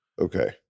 Okay